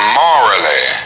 morally